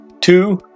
Two